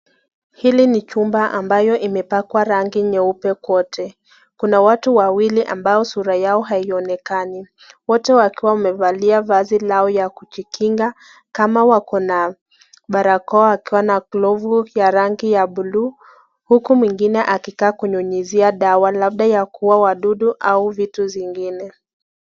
Hili ni chumba ambalo limepakwa rangi nyeupe kwote. Kuna watu wawili ambao sura yao haionekani. Wote wakiwa wamevalia vazi yao ya kujikinga kama wako na barakoa wakiwa na glovu ya rangi ya bluu huku mwingine akikaaa akinyunyuzia dawa labda ya kuua wadudu ama vitu zingine.